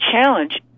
challenge